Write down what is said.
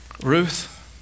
Ruth